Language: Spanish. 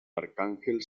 arcángel